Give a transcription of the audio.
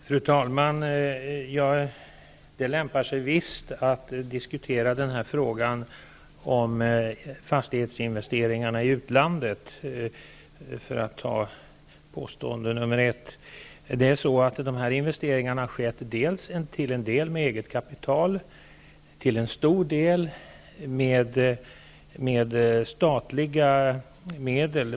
Fru talman! Det lämpar sig visst att diskutera frågan om fastighetsinvesteringarna i utlandet, för att bemöta påstående nummer ett. Dessa investeringar har till en del skett med eget kapital och till en stor del med statliga medel.